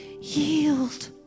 Yield